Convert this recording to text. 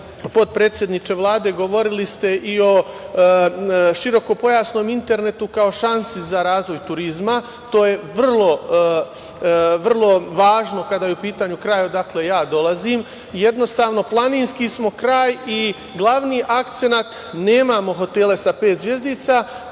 potpredsedniče Vlade, govorili ste i o širokopojasnom internetu kao šansi za razvoj turizma. To je vrlo važno kada je u pitanju kraj odakle ja dolazim. Jednostavno, planinski smo kraj i glavni akcenat, nemamo hotele sa pet zvezdica,